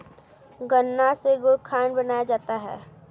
गन्ना से गुड़ खांड बनाया जाता है